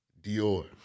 Dior